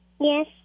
Yes